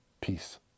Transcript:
peace